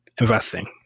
investing